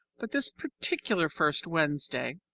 but this particular first wednesday,